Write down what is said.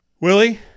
Willie